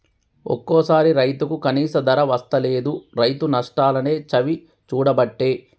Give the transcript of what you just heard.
ఒక్కోసారి రైతుకు కనీస ధర వస్తలేదు, రైతు నష్టాలనే చవిచూడబట్టే